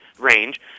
range